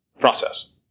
process